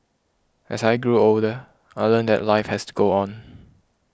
as I grew older I learnt that life has to go on